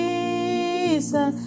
Jesus